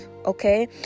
Okay